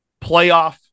playoff